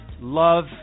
love